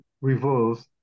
revolves